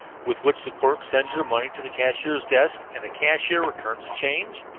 with which the clerk sends your money to the cashier's desk, and the cashier returns the change?